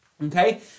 Okay